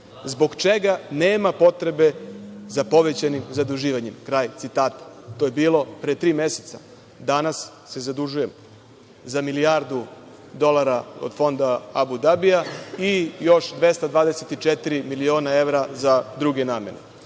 zbog čega nema potrebe za povećanim zaduživanjem.“ Kraj citata. To je bilo pre tri meseca. Danas se zadužujemo za milijardu dolara od Fonda Abu Dabija i još 224 miliona evra za druge namene. Sada